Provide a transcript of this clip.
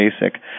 Basic